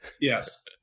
Yes